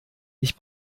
ich